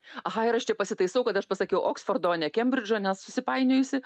aha ir aš čia pasitaisau kad aš pasakiau oksfordo o ne kembridžo nes susipainiojusi